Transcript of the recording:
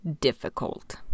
difficult